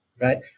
right